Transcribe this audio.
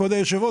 כבוד היושב-ראש,